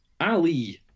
Ali